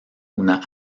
una